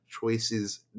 choices